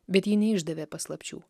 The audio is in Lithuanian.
bet ji neišdavė paslapčių